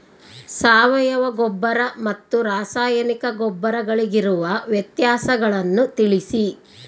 ಸಾವಯವ ಗೊಬ್ಬರ ಮತ್ತು ರಾಸಾಯನಿಕ ಗೊಬ್ಬರಗಳಿಗಿರುವ ವ್ಯತ್ಯಾಸಗಳನ್ನು ತಿಳಿಸಿ?